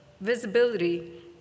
visibility